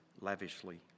lavishly